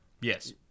yes